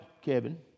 Kevin